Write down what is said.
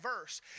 verse